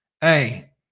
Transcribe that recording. Hey